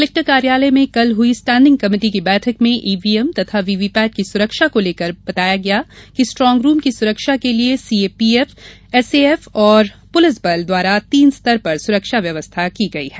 collector कार्यालय में कल हुई स्टैंडिंग कमेटी की बैठक में ईवीएम तथा वीवीपैट की सुरक्षा को लेकर बताया गया कि स्ट्रांग रूम की सुरक्षा के लिए सीएपीएफ एसएएफ तथा पुलिस बल द्वारा तीन स्तर पर सुरक्षा व्यवस्था की गई है